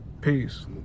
Peace